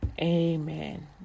Amen